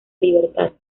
libertad